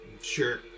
Sure